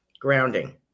grounding